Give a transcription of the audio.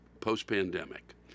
post-pandemic